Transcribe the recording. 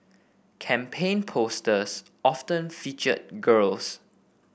campaign posters often featured girls